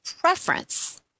preference